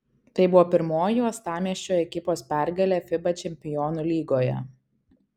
tai buvo pirmoji uostamiesčio ekipos pergalė fiba čempionų lygoje